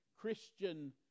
Christian